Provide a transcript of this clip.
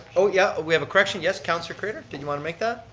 oh yeah, we have a correction, yes, councillor craitor. did you want to make that?